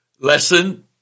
lesson